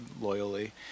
loyally